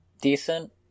decent